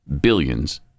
billions